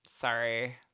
Sorry